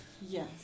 Yes